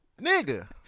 Nigga